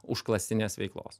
užklasinės veiklos